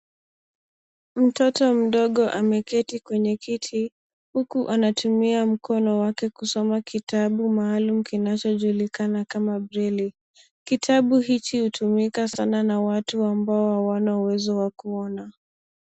Mtoto mdogo ameketi kwenye kiti huku anatumia mkono wake kusoma kitabu maalum kinachojulikana kama braille . Kitabu hichi hutumika sana na watu ambao hawana uwezo wa kuona.